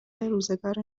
روزگار